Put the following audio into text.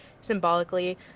symbolically